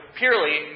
purely